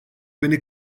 beni